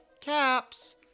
Caps